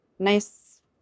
nice